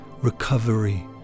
recovery